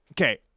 Okay